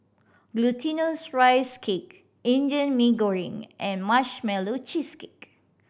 Glutinous Rice Cake Indian Mee Goreng and Marshmallow Cheesecake